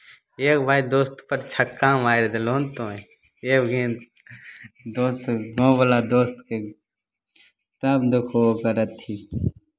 एगो भाय दोस्तपर छक्का मारि देलहो ने तोँय एगो गेन्द दोस्त गाँववला दोस्तके तब देखहो ओकर अथी